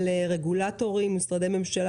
רגולטורים ומשרדי ממשלה.